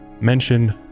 mention